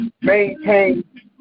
maintain